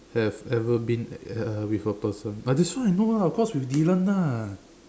have ever been at a with a person ah ]this one I know lah of course with Dylan lah